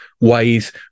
ways